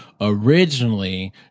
originally